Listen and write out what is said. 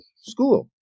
school